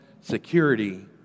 security